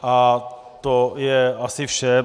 A to je asi vše.